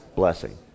blessing